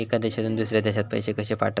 एका देशातून दुसऱ्या देशात पैसे कशे पाठवचे?